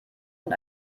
und